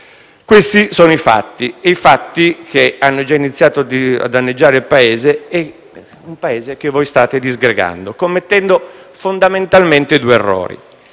Questi sono i fatti che hanno già iniziato a danneggiare il Paese, un Paese che voi state disgregando, commettendo fondamentalmente due errori: